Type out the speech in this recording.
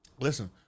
Listen